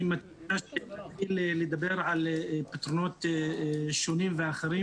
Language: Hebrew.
אני רוצה לדבר על פתרונות שונים ואחרים